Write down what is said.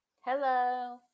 Hello